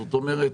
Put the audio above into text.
זאת אומרת,